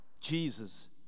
Jesus